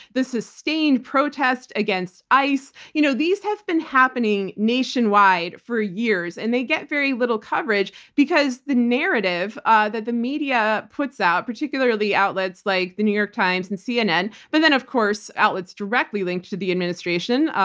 the sustained protest against ice. you know these have been happening nationwide for years and they get very little coverage because the narrative ah that the media puts out, particularly outlets like the new york times and cnn, but then, of course, outlets directly linked to the administration-well,